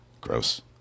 Gross